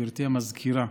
גברתי המזכירה,